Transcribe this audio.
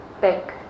back